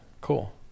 cool